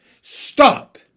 Stop